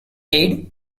aid